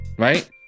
Right